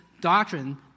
doctrine